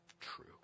True